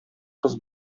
кыз